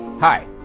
Hi